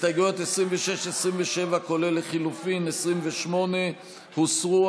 הסתייגויות 26, 27, כולל לחלופין, ו-28, הוסרו.